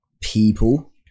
people